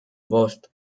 bost